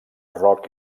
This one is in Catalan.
rock